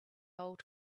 old